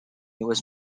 was